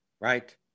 right